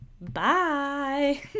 Bye